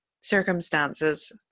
circumstances